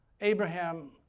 Abraham